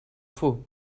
faut